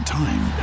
time